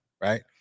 right